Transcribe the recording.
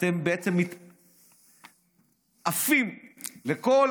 אתם עפים לכל